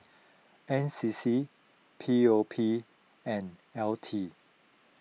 N C C P O P and L T